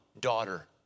daughter